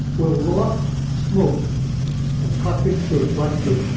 will loft smoke and toxic soot, black soot,